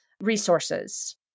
resources